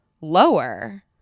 lower